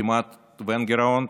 כמעט שאין גירעון,